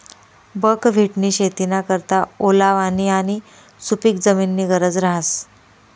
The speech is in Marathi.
बकव्हिटनी शेतीना करता ओलावानी आणि सुपिक जमीननी गरज रहास